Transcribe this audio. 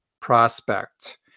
prospect